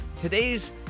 today's